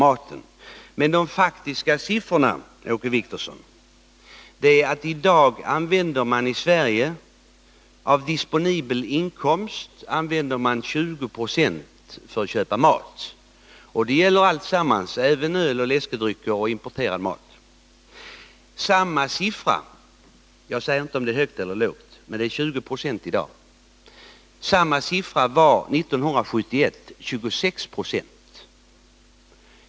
Men den faktiska siffran, Åke Wictorsson, är att man i dag i Sverige använder 20 96 av disponibel inkomst för att köpa mat. Det gäller alltsammans, även öl, läskedrycker och importerad mat. Siffran — jag säger inte om den är hög eller låg — för 1971 var 26 26.